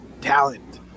talent